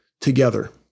together